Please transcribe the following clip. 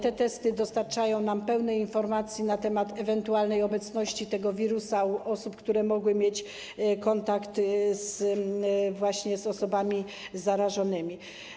Te testy dostarczają nam pełnej informacji na temat ewentualnej obecności tego wirusa u osób, które mogły mieć kontakt z osobami zarażonymi.